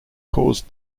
caused